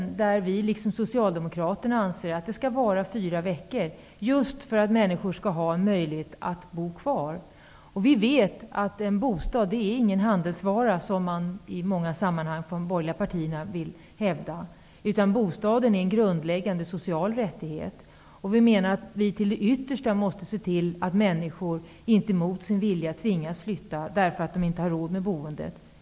Vi anser, i likhet med Socialdemokraterna, att den skall vara fyra veckor just för att människor skall ha en möjlighet att bo kvar. En bostad är inte någon handelsvara, som de borgerliga partierna i många sammanhang hävdar, utan bostaden är en grundläggande social rättighet. Vi måste till det yttersta se till att människor inte mot sin vilja tvingas flytta därför att de inte har råd med boendet.